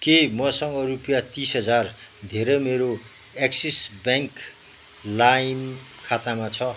के मसँग रुपियाँ तिस हजार धेरै मेरो एक्सिस ब्याङ्क लाइम खातामा छ